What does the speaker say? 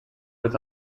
with